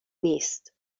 نیست